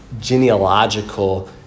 genealogical